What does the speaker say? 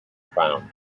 found